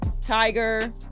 Tiger